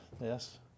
Yes